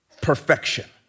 perfection